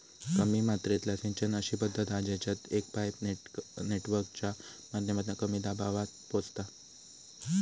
कमी मात्रेतला सिंचन अशी पद्धत हा जेच्यात एक पाईप नेटवर्कच्या माध्यमातना कमी दबावात पोचता